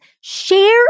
Share